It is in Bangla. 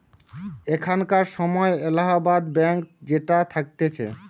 এখানকার সময় এলাহাবাদ ব্যাঙ্ক যেটা থাকতিছে